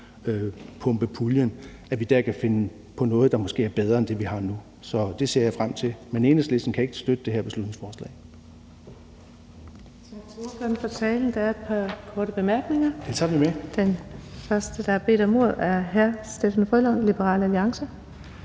varmepumpepuljen, kan finde på noget, der måske er bedre end det, vi har nu. Så det ser jeg frem til. Men Enhedslisten kan ikke støtte det her beslutningsforslag.